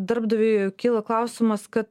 darbdaviui kyla klausimas kad